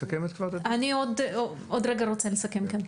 אני עוד רגע רוצה לסכם, כן.